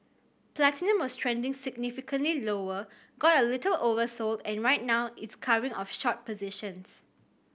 platinum was trending significantly lower got a little oversold and right now it's covering of short positions